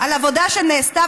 על עבודה שנעשתה,